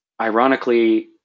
ironically